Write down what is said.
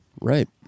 right